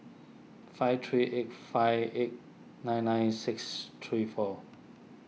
five three eight five eight nine nine six three four